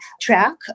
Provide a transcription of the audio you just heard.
track